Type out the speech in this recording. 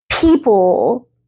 People